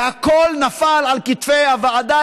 והכול נפל על כתפי הוועדה,